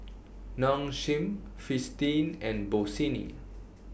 Nong Shim Fristine and Bossini